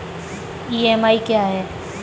EMI क्या है?